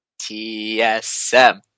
TSM